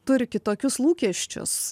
turi kitokius lūkesčius